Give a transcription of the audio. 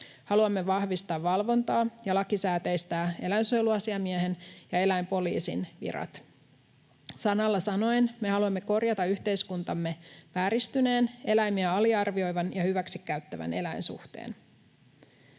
Haluamme vahvistaa valvontaa ja lakisääteistää eläinsuojeluasiamiehen ja eläinpoliisin virat. Sanalla sanoen: me haluamme korjata yhteiskuntamme vääristyneen, eläimiä aliarvioivan ja hyväksikäyttävän eläinsuhteen.